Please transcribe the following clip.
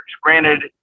Granted